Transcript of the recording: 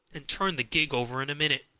and turned the gig over in a minute.